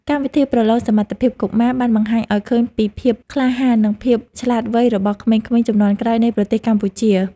កម្មវិធីប្រឡងសមត្ថភាពកុមារបានបង្ហាញឱ្យឃើញពីភាពក្លាហាន និងភាពឆ្លាតវៃរបស់ក្មេងៗជំនាន់ក្រោយនៃប្រទេសកម្ពុជា។